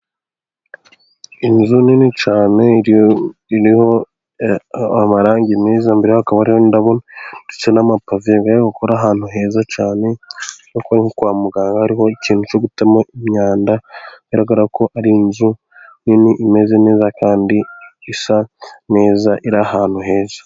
Inzu nini cyane, iriho amarangi meza, imbere hakaba hariho indabo, ndetse n'amapave bari gukora ahantu heza cyane, mbega ari nko kwa muganga, hariho ikintu cyo gutamo imyanda, bigaragara ko ari inzu nini imeze neza kandi isa neza, iri ahantu heza.